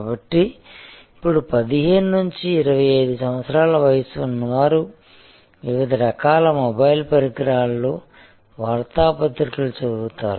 కాబట్టి ఇప్పుడు 15 నుంచి 25 సంవత్సరాల వయస్సు ఉన్నవారు వివిధ రకాల మొబైల్ పరికరాల్లో వార్తా పత్రికలు చదువుతారు